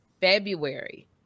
February